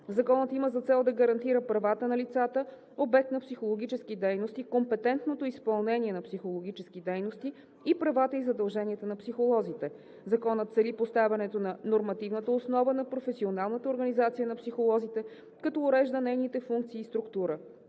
Законът има за цел да гарантира правата на лицата, обект на психологически дейности, компетентното изпълнение на психологически дейности и правата и задълженията на психолозите. Законът цели поставянето на нормативната основа на професионалната организация на психолозите, като урежда нейните функции и структура.